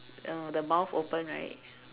uh the mouth open right